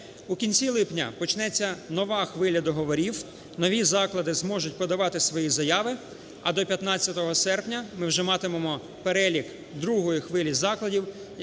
У кінці липня почнеться нова хвиля договорів, нові заклади зможуть подавати свої зави, а до 15 серпня ми вже матимемо перелік другої хвилі закладів,